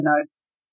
notes